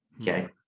okay